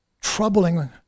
troubling